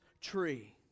tree